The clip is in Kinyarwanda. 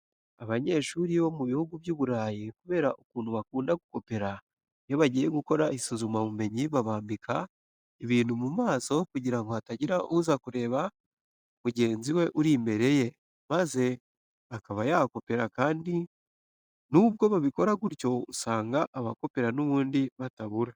Abanyeshuri bo mu bihugu by'Iburayi kubera ukuntu bakunda gukopera, iyo bagiye gukora isuzumabumenyi babambika ibintu mu maso kugira ngo hatagira uza kureba mugenzi we uri imbere ye maze akaba yakopera kandi nubwo babikora gutyo usanga abakopera n'ubundi batabura.